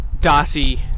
Darcy